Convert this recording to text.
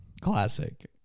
classic